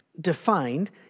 defined